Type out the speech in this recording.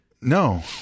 No